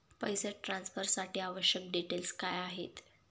पैसे ट्रान्सफरसाठी आवश्यक डिटेल्स काय आहेत?